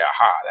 aha